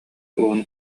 уһун